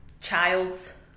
child's